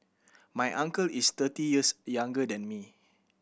my uncle is thirty years younger than me